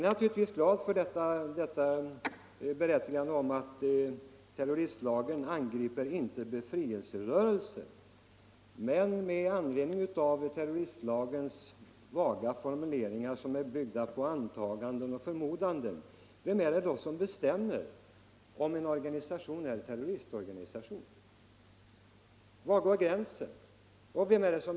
Jag är naturligtvis glad för tillrättaläggandet att terroristlagen inte är avsedd att användas mot befrielserörelser. Men med anledning av terroristlagens vaga formuleringar, som är byggda på antaganden och förmodanden, måste jag fråga: Vem är det då som bestämmer om en organisation är en terroristorganisation? Var går gränsen?